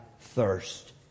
thirst